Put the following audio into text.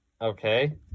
Okay